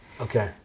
Okay